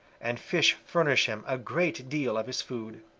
and fish furnish him a great deal of his food.